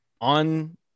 on